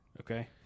Okay